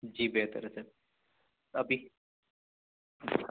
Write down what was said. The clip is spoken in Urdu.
جی بہتر ہے سر ابھی